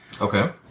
Okay